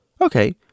Okay